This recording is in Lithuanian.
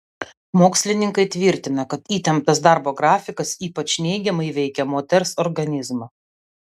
mokslininkai tvirtina kad įtemptas darbo grafikas ypač neigiamai veikia moters organizmą